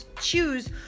choose